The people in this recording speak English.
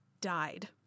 died